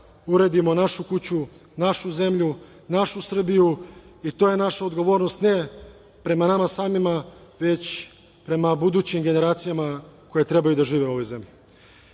uredimo našu kuću, našu zemlju, našu Srbiju i to je naša odgovornost, ne prema nama samima, već prema budućim generacijama koja trebaju da žive u ovoj